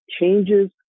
changes